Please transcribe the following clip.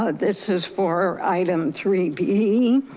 ah this is for item three b,